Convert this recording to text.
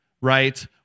right